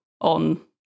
on